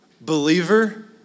believer